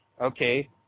okay